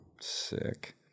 Sick